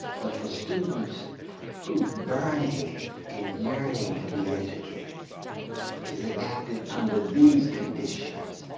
but for students whose burning and yearning to be educated is enacted under these conditions,